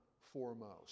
foremost